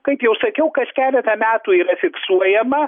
kaip jau sakiau kas keletą metų yra fiksuojama